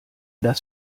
das